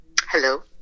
Hello